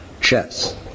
chess